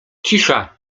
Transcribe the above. cisza